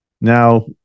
Now